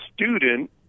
student